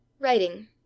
writing